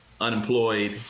unemployed